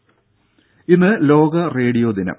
ദേദ ഇന്ന് ലോക റേഡിയോ ദിനം